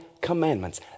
commandments